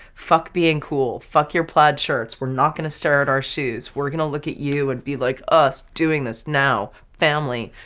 fuck being cool, fuck your plaid shirts. we're not going to stare at our shoes. we're going to look at you and be like us doing this now, family,